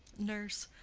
nurse.